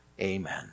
Amen